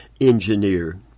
engineer